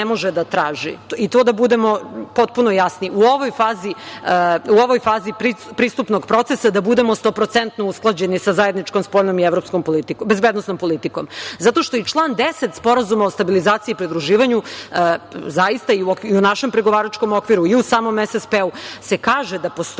i to da budemo potpuno jasni, u ovoj fazi pristupnog procesa da budemo stoprocentno usklađeni sa zajedničkom spoljnom i bezbednosnom politikom, zato što i član 10. Sporazuma o stabilizaciji i pridruživanju… U našem pregovaračkom okviru i u samom SSP se kaže da postoje